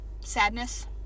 sadness